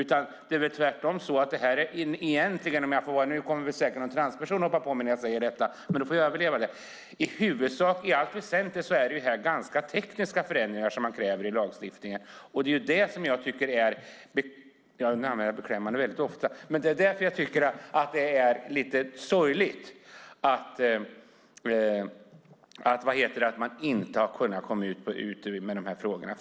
Tvärtom är väl detta i allt väsentligt - nu kommer säkert någon transperson att hoppa på mig, men det får jag överleva - ganska tekniska förändringar i lagstiftningen. Därför är det sorgligt att man inte har kunnat komma framåt med de här frågorna.